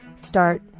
start